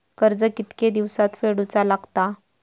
कर्ज कितके दिवसात फेडूचा लागता?